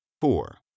Four